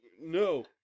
No